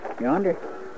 Yonder